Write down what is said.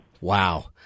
Wow